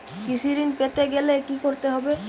কৃষি ঋণ পেতে গেলে কি করতে হবে?